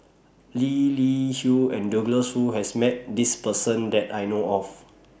Lee Li Hui and Douglas Foo has Met This Person that I know of